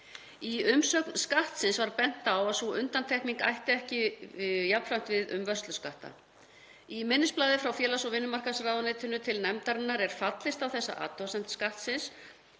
Í umsögn Skattsins var bent á að sú undantekning ætti ekki jafnframt við um vörsluskatta. Í minnisblaði frá félags- og vinnumarkaðsráðuneytinu til nefndarinnar er fallist á þessa athugasemd Skattsins